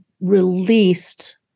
released